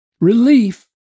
relief